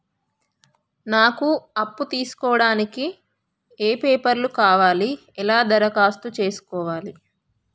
నాకు అప్పు తీసుకోవడానికి ఏ పేపర్లు కావాలి ఎలా దరఖాస్తు చేసుకోవాలి?